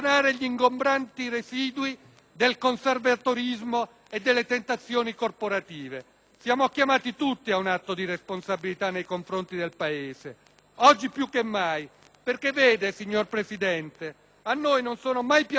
Siamo chiamati tutti ad un atto di responsabilità nei confronti del Paese, oggi più che mai, perché vede, signor Presidente, a noi non sono mai piaciute le riforme dettate dall'emotività del momento e ancor meno è nostra abitudine